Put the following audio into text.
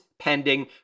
pending